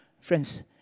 Friends